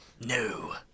no